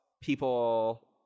people